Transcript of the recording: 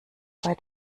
bei